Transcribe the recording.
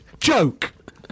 joke